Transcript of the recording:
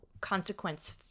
consequence